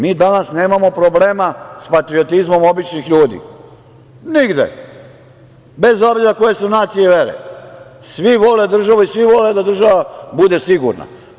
Mi danas nemamo problema sa patriotizmom običnih ljudi, nigde, bez obzira koje su nacije i vere, svi vole državu i svi vole da država bude sigurna.